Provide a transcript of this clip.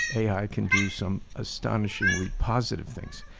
a i. can do some astonishingly positive things.